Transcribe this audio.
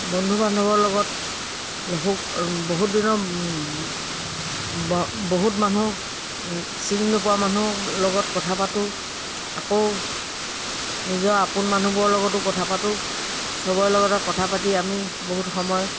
বন্ধু বান্ধৱৰ লগত সুখ বহুদিনৰ বহুত মানুহ চিনি নোপোৱা মানুহ লগত কথা পাতো আকৌ নিজা আপোন মানুহবোৰৰ লগতো কথা পাতো চবৰে লগতে কথা পাতি আমি বহুত সময়